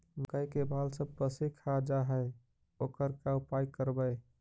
मकइ के बाल सब पशी खा जा है ओकर का उपाय करबै?